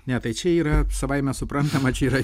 ne tai čia yra savaime suprantama čia yra